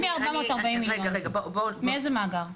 מאיזה מאגר?